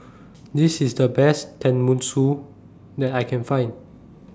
This IS The Best Tenmusu that I Can Find